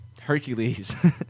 Hercules